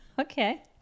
Okay